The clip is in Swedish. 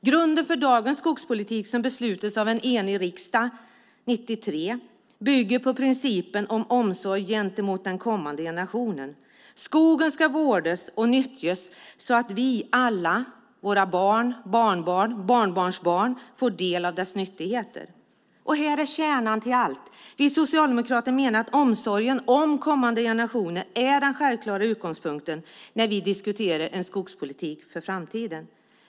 Grunden för dagens skogspolitik, som beslutades av en enig riksdag 1993, bygger på principen om omsorg gentemot kommande generationer. Skogen ska vårdas och nyttjas så att vi alla, våra barn, barnbarn och barnbarnsbarn får del av dess nyttigheter. Här är kärnan till allt. Vi socialdemokrater menar att omsorgen om kommande generationer är den självklara utgångspunkten när vi diskuterar en skogspolitik för framtiden.